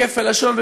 בכפל לשון,